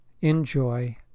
Enjoy